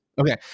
Okay